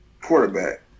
quarterback